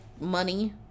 money